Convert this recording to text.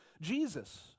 Jesus